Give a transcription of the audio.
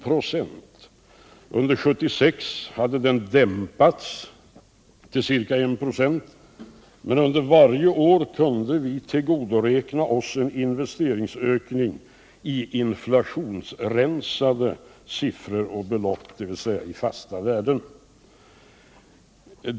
Under 1976 hade den dämpats till ca I 6, men under varje år kunde vi tillgodoräkna oss en investeringsökning —-i inflationsrensade siffror, dvs. i fasta värden.